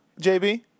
JB